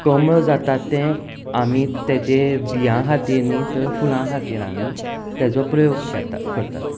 कमळां जातात तें आमी तेजे बियां खातीर न्ही तर फुलां खातीर आमी तेजो प्रयोग करतात